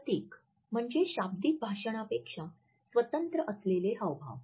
प्रतीक म्हणजे शाब्दिक भाषणापेक्षा स्वतंत्र असलेले हावभाव